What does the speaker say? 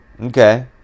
Okay